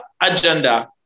agenda